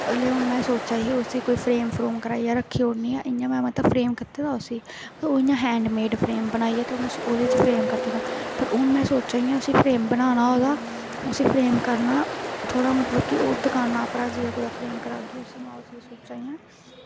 ते उसी में सोचा दी ही फ्रेम फ्रूम कराइयै रक्खी ओड़नी आं इ'यां फ्रेम कीते दा में उसी पर ओह् में हैंडमेड़ फ्रेम बनाइयै ते उसी फ्रेम कीते दा पर हून में सोचा दी आं उसी फ्रेम बनाना ओह्दा उसी फ्रेम करनां थोह्ड़ा मतलब कि दकानां पर जाइयै फ्रेम करागी में उसी सोचा नी